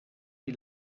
die